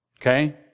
okay